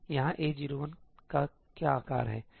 यहां A01 का क्या आकार है